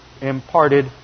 imparted